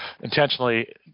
intentionally